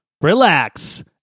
relax